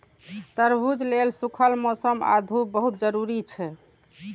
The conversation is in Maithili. तरबूज लेल सूखल मौसम आ धूप बहुत जरूरी छै